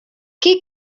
qui